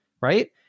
right